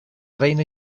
reina